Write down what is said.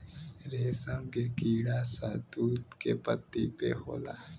रेशम के कीड़ा शहतूत के पत्ती पे होला